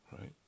right